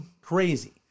crazy